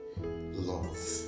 Love